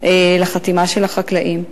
לחתימה של החקלאים.